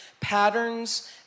patterns